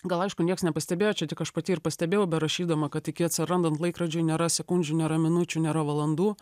gal aišku nieks nepastebėjo čia tik aš pati ir pastebėjau berašydama kad iki atsirandant laikrodžiui nėra sekundžių nėra minučių nėra valandų